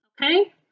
Okay